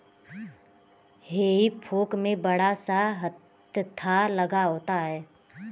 हेई fork में बड़ा सा हत्था लगा होता है